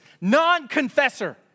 non-confessor